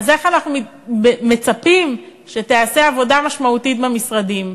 אז איך אנחנו מצפים שתיעשה עבודה משמעותית במשרדים?